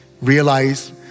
realize